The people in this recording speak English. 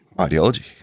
Ideology